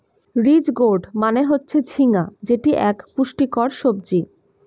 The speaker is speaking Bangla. রিজ গোর্ড মানে হচ্ছে ঝিঙ্গা যেটি এক পুষ্টিকর সবজি